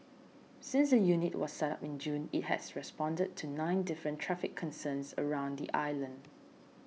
since the unit was set up in June it has responded to nine different traffic concerns around the island